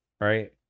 Right